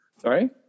Sorry